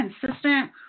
consistent